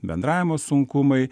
bendravimo sunkumai